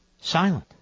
silent